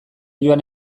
joan